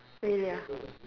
really ah